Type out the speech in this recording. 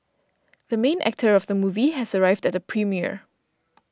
the main actor of the movie has arrived at the premiere